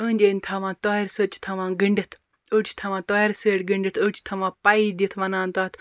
أنٛدۍ أنٛدۍ تھاوان تارِ سۭتۍ چھِ تھاوان گٔنٛڈِتھ أڑۍ چھِ تھاوان تارِ سۭتۍ گٔنڈِتھ أڑۍ چھِ تھاوان پَیہِ دِتھ وَنان تَتھ